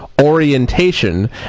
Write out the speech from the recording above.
orientation